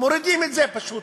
מורידים את זה פשוט,